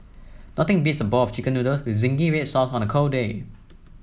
nothing beats a bowl of chicken noodles with zingy red sauce on a cold day